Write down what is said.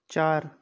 چار